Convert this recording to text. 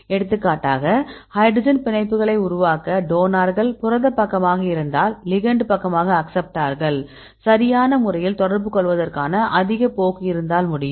எடுத்துக்காட்டாக ஹைட்ரஜன் பிணைப்புகளை உருவாக்க டோனார்கள் புரத பக்கமாக இருந்தால் லிகெண்ட் பக்கமாக அக்சப்ட்டார்கள் சரியான முறையில் தொடர்புகொள்வதற்கான அதிக போக்கு இருந்தால் முடியும்